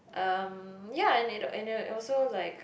um ya and it also like